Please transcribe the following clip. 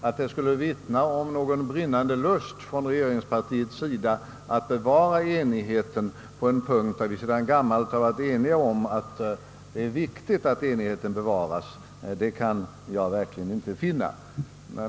Att detta skulle vittna om någon brinnande lust från regeringspartiets sida att bevara enigheten på en punkt, där vi sedan gammalt varit ense om att det är viktigt att enigheten bevaras, kan jag verkligen inte finna.